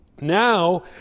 Now